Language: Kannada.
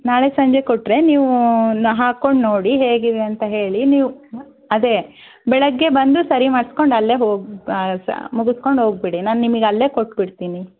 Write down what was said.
ನಾಳೆ ಸಂಜೆ ಕೊಟ್ಟರೆ ನೀವು ಹಾಕ್ಕೊಂಡು ನೋಡಿ ಹೇಗಿದೆ ಅಂತ ಹೇಳಿ ನೀವದೇ ಬೆಳಗ್ಗೆ ಬಂದು ಸರಿ ಮಾಡ್ಸ್ಕೊಂಡು ಅಲ್ಲೇ ಹೋಗಿ ಮುಗಿಸ್ಕೊಂಡು ಹೋಗಿಬಿಡಿ ನಾನು ನಿಮಗೆ ಅಲ್ಲೇ ಕೊಟ್ಬಿಡ್ತೀನಿ